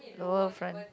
lower front